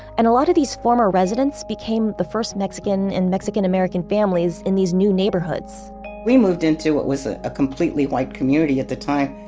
and a lot of these former residents became the first mexican and mexican american families in these new neighborhoods we moved into what was ah a completely white community at the time.